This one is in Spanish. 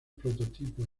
prototipo